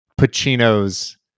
Pacino's